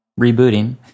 rebooting